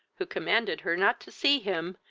who commanded her not to see him,